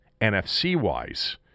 NFC-wise